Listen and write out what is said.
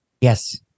Yes